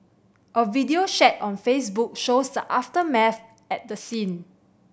a video shared on Facebook shows the aftermath at the scene